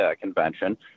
convention